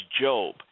Job